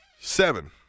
Seven